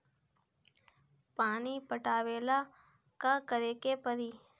पानी पटावेला का करे के परी?